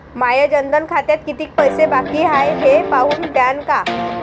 माया जनधन खात्यात कितीक पैसे बाकी हाय हे पाहून द्यान का?